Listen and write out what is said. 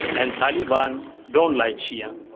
and taliban don't like shia.